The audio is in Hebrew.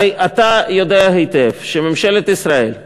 הרי אתה יודע היטב שממשלת ישראל אומרת,